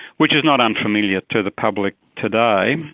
which is not unfamiliar to the public today.